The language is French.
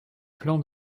plans